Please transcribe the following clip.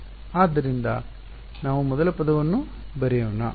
ಆದ್ದರಿಂದ ನಾವು ಮೊದಲ ಪದವನ್ನು ಬರೆಯೋಣ